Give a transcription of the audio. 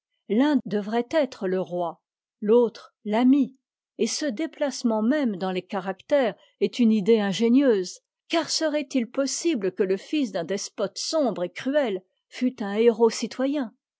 l'un devrait être le roi l'autre l'ami et ce déplacement même dans les caractères est une idée ingénieuse car serait-il possible que le fils d'un despote sombre et cruel fût un héros citoyen